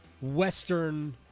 Western